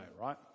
right